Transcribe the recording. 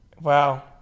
Wow